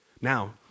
Now